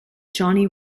johnny